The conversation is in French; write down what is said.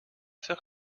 faire